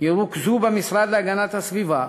ירוכזו במשרד להגנת הסביבה,